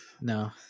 No